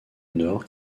nord